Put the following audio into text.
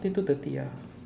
until two thirty ah